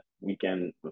weekend